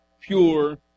pure